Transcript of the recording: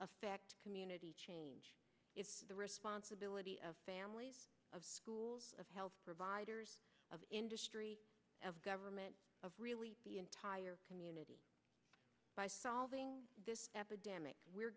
affect community change the responsibility of families of schools of health providers of industry of government of really the entire community by solving epidemic we're